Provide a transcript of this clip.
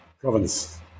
province